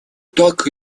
так